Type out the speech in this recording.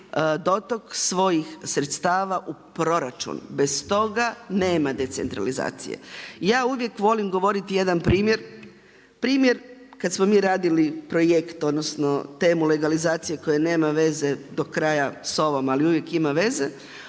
dotok svojih sredstava u proračun, bez toga nema decentralizacije. Ja uvijek volim govoriti jedan primjer, primjer, kad smo mi radili projekt, odnosno, temu legalizacije koje nema veze do kraja s ovom, ali uvijek ima veze,